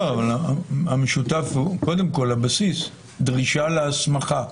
לא, המשותף הוא, קודם כל הבסיס, דרישה להסמכה.